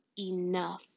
enough